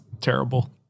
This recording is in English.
terrible